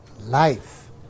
life